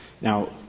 Now